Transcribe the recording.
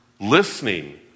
listening